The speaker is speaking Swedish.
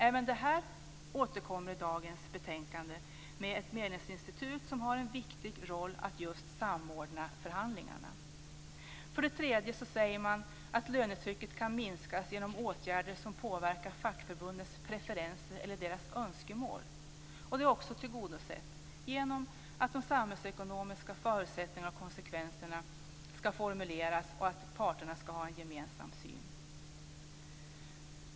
Även det här återkommer i dagens betänkande, med ett medlingsinstitut som har en viktig roll just när det gäller att samordna förhandlingarna. För det tredje säger man att lönetrycket kan minskas genom åtgärder som påverkar fackförbundens preferenser eller deras önskemål. Det är också tillgodosett genom att de samhällsekonomiska förutsättningarna och konsekvenserna ska formuleras och att parterna ska ha en gemensam syn.